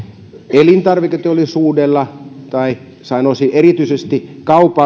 elintarviketeollisuudella tai sanoisin erityisesti